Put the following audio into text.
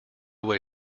way